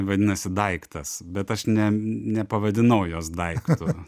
vadinasi daiktas bet aš ne nepavadinau jos daiktu